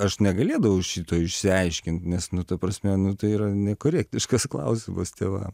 aš negalėdavau šito išsiaiškint nes nu ta prasme nu tai yra nekorektiškas klausimas tėvam